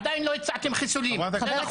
עדיין לא הצעתם חיסולים, זה נכון.